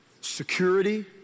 security